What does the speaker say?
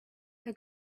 her